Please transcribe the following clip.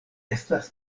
estas